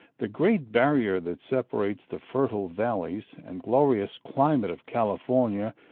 the great barrier that separates the fertile valleys and glorious climate of california,